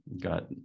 got